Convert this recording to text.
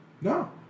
No